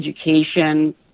education